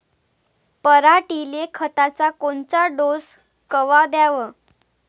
पऱ्हाटीले खताचा कोनचा डोस कवा द्याव?